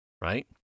right